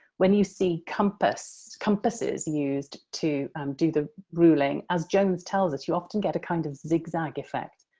when you see compass, compasses, used to do the ruling, as jones tells us, you often get a kind of zigzag effect.